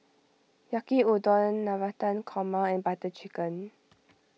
Yaki Udon Navratan Korma and Butter Chicken